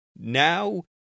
now